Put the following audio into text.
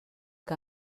que